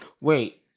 Wait